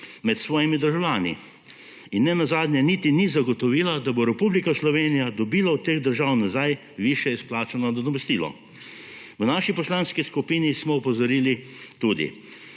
med svojimi državljani. In nenazadnje niti ni zagotovila, da bo Republika Slovenija dobila od teh držav nazaj višje izplačano nadomestilo. V naši poslanski skupini smo opozorili tudi